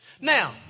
Now